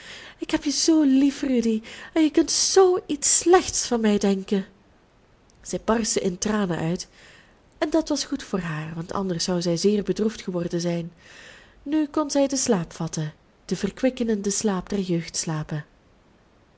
ik heb je zoo lief rudy en je kunt zoo iets slechts van mij denken zij barstte in tranen uit en dat was goed voor haar want anders zou zij zeer bedroefd geworden zijn nu kon zij den slaap vatten den verkwikkenden slaap der jeugd slapen